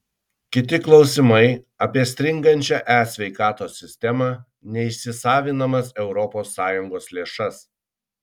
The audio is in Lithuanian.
kiti klausimai apie stringančią e sveikatos sistemą neįsisavinamas europos sąjungos lėšas